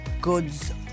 goods